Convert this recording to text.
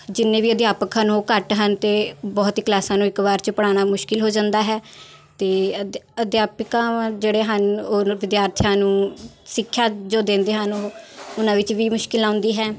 ਜਿੰਨੇ ਵੀ ਅਧਿਆਪਕ ਹਨ ਉਹ ਘੱਟ ਹਨ ਅਤੇ ਬਹੁਤ ਹੀ ਨੂੰ ਇੱਕ ਵਾਰ 'ਚ ਪੜ੍ਹਾਉਣਾ ਮੁਸ਼ਕਿਲ ਹੋ ਜਾਂਦਾ ਹੈ ਅਤੇ ਅਧਿ ਅਧਿਆਪਿਕਾਵਾਂ ਜਿਹੜੇ ਹਨ ਉਹ ਵਿਦਿਆਰਥੀਆਂ ਨੂੰ ਸਿੱਖਿਆ ਜੋ ਦਿੰਦੇ ਹਨ ਉਹਨਾਂ ਵਿੱਚ ਵੀ ਮੁਸ਼ਕਿਲ ਆਉਂਦੀ ਹੈ